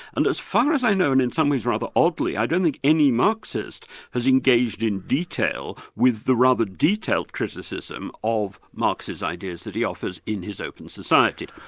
and as far as i know, and in some ways rather oddly, i don't think any marxist has engaged in detail with the rather detailed criticism of marxist ideas that he offers in his the open society.